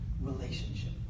relationship